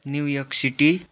New York city